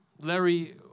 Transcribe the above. Larry